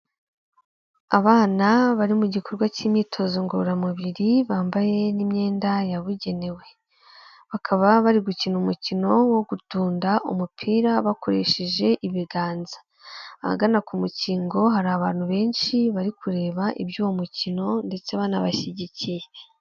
Abana bari mu gikorwa cy'imyitozo ngororamubiri, bambaye n'imyenda yabugenewe, bakaba bari gukina umukino wo gutunda umupira bakoresheje ibiganza, ahagana ku mukingo hari abantu benshi bari kureba iby'uwo mukino ndetse banabashyigikiye.